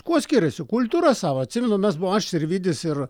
kuo skiriasi kultūra savo atsimenu mes buvo aš sirvydis ir